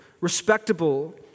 respectable